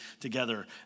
together